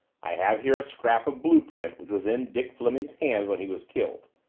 i have here a scrap of blue-print which was in dick fleming's hand when he was killed.